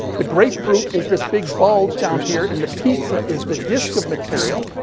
the grapefruit is this big bulge down here, and the pizza is the disk of material.